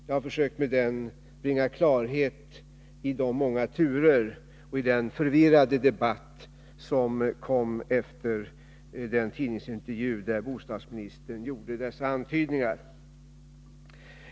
Jag har med mina frågor försökt bringa klarhet i de många turer och den förvirrade debatt som följde efter den tidningsintervju där bostadsministern gjorde dessa antydningar.